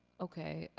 okay,